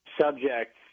subject